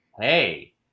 hey